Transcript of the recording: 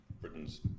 Britain's